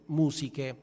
musiche